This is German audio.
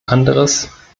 anderes